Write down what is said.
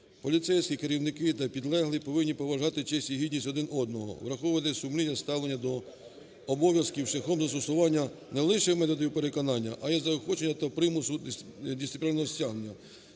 Поліцейські, керівники та підлеглі повинні поважати честь і гідність один одного, враховувати сумлінне ставлення до обов'язків шляхом застосування не лише методів переконання, а і заохочення та примусу дисциплінарного стягнення.